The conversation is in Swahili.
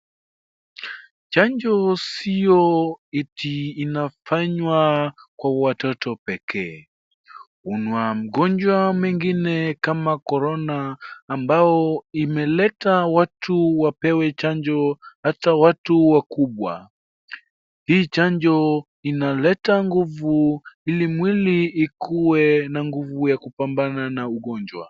Chanjo sio eti inafanywa kwa watoto pekee. Kuna magonjwa mengine kama korona ambao imeleta watu wapewe chanjo hata watu wakubwa. Hii chanjo inaleta nguvu ili mwili ikuwe na nguvu ya kupambana na ugonjwa.